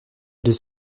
deux